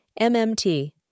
MMT